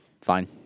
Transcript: Fine